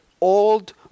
old